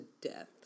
death